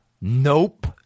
Nope